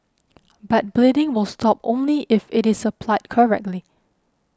but bleeding will stop only if it is applied correctly